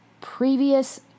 previous